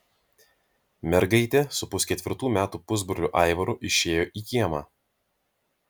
mergaitė su pusketvirtų metų pusbroliu aivaru išėjo į kiemą